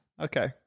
Okay